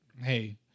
hey